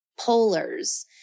polars